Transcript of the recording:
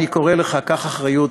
אני קורא לך: קח אחריות,